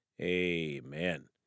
amen